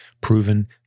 proven